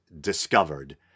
discovered